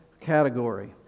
category